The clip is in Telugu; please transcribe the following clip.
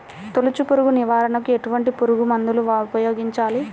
తొలుచు పురుగు నివారణకు ఎటువంటి పురుగుమందులు ఉపయోగించాలి?